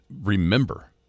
remember